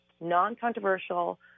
non-controversial